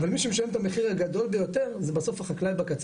אבל מי שמשלם את המחיר הגדול ביותר זה בסוף החקלאי בקצה